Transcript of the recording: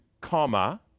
comma